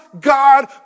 God